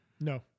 No